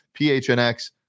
PHNX